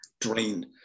drained